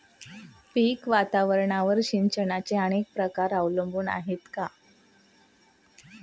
पीक वातावरणावर सिंचनाचे अनेक प्रकार अवलंबून आहेत का?